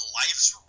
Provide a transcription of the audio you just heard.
life's